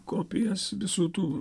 kopijas visų tų